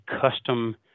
custom